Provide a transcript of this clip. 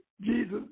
Jesus